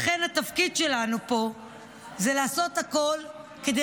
לכן התפקיד שלנו פה זה לעשות הכול כדי